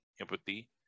empathy